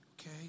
Okay